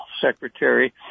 Secretary